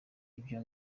ibyo